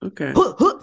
Okay